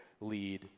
lead